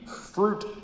fruit